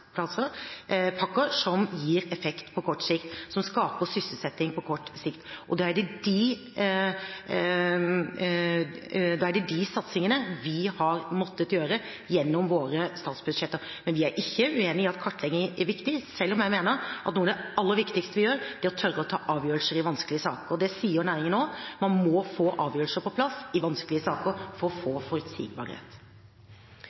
som gir effekt på kort sikt, som skaper sysselsetting på kort sikt. Da er det de satsingene vi har måttet gjøre gjennom våre statsbudsjetter. Men vi er ikke uenig i at kartlegging er viktig, selv om jeg mener at noe av det aller viktigste vi gjør, er å tørre å ta avgjørelser i vanskelige saker. Det sier næringen også. Man må få avgjørelser på plass i vanskelige saker for